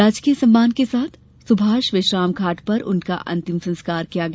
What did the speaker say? राजकीय सम्मान के साथ सुभाष विश्राम घाट पर उनका अंतिम संस्कार किया गया